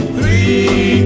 Three